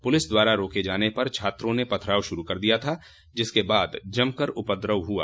police द्वारा रोके जाने पर छात्रों ने पथराव शूरू कर दिया था जिसके बाद जमकर उपद्रव हुआ